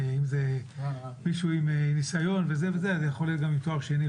שאם זה מישהו עם ניסיון וזה וזה אז זה יכול להיות גם עם תואר שני,